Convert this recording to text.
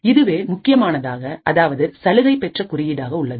இதுவே முக்கியமானதாக அதாவது சலுகை பெற்ற குறியீடாக உள்ளது